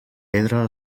pedra